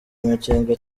amakenga